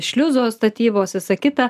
šliuzo statybos visa kita